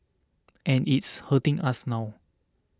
and it's hurting us now